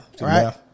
Right